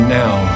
now